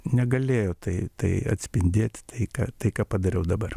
negalėjo tai tai atspindėti tai ką tai ką padariau dabar